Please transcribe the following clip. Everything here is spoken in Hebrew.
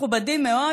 מכובדים מאוד,